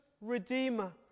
Redeemer